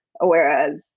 Whereas